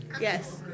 Yes